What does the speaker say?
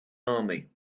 army